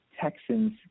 Texans